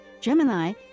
Gemini